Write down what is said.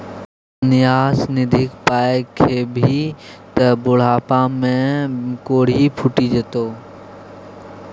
न्यास निधिक पाय खेभी त बुढ़ापामे कोढ़ि फुटि जेतौ